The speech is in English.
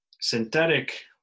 synthetic